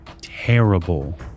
terrible